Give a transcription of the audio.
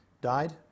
died